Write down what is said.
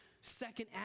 second